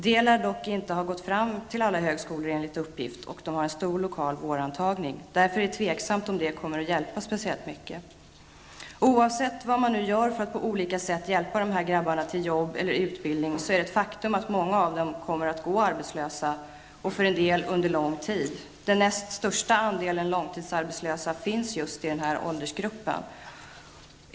Det lär dock inte enligt uppgift ha gått fram till alla högskolor, och det finns en stor lokal vårantagning. Det är därför tveksamt om detta kommer att hjälpa särskilt mycket. Oavsett vad man nu gör för att på olika sätt hjälpa dessa grabbar till jobb eller utbildning är det ett faktum att många av dem kommer att gå arbetslösa, och en del av dem under lång tid. Den näst största andelen långtidsarbetslösa finns just i denna åldersgrupp.